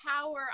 power